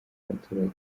abaturage